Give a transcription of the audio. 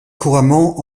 couramment